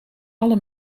alle